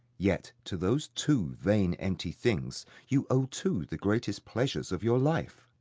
yet, to those two vain empty things, you owe two the greatest pleasures of your life.